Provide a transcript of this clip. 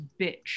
bitch